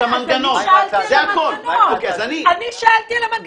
אז אני שאלתי על המנגנון.